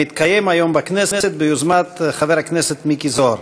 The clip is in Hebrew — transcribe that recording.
המתקיים היום בכנסת ביוזמת חבר הכנסת מיקי זוהר.